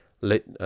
let